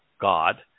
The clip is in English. God